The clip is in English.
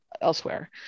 elsewhere